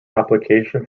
application